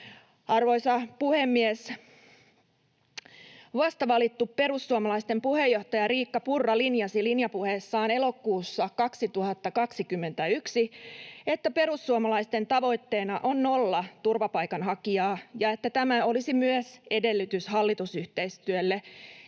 Arvoisa puhemies! Vastavalittu perussuomalaisten puheenjohtaja Riikka Purra linjasi linjapuheessaan elokuussa 2021, että perussuomalaisten tavoitteena on nolla turvapaikanhakijaa ja että tämä olisi myös edellytys hallitusyhteistyölle